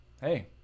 hey